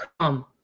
come